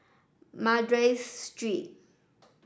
Madras Street